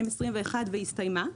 והסתיימה.